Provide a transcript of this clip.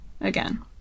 again